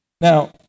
Now